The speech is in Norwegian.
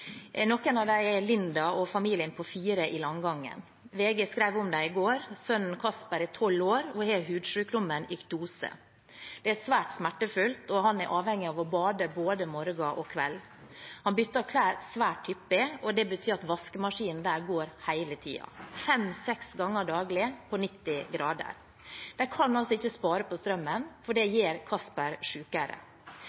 av dem er Linda og familien på fire i Langangen. VG skrev om dem i går. Sønnen Casper er 12 år og har hudsykdommen iktyose. Det er svært smertefullt, og han er avhengig av å bade både morgen og kveld. Han bytter klær svært hyppig, og det betyr at vaskemaskinen der går hele tiden, fem-seks ganger daglig, på 90 grader. De kan altså ikke spare på strømmen, for det